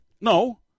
No